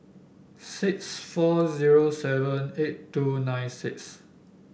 six four zero seven eight two nine six